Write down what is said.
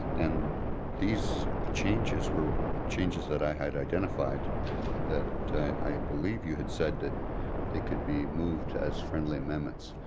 and these ah changes were changes that i had identified that i believe you had said that they could be moved as friendly amendments.